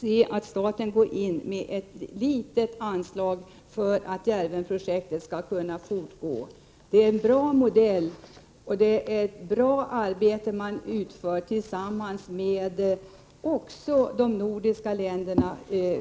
säga att staten skall gå in med ett litet anslag för att Djärvenprojektet skall kunna fortgå. Det är en bra modell, och det är ett bra arbete som utförs tillsammans med andra nordiska länder.